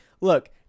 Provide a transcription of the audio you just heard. Look